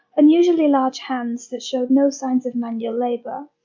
unusually large hands that showed no signs of manual labour,